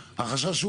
להגיד שהמשחק התחיל?